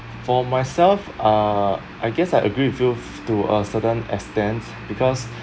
for myself uh I guess I agree with you to a certain extent because